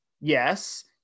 Yes